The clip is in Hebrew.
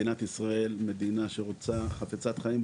אנחנו בסך הכל מדינה שחפצת חיים,